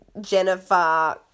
Jennifer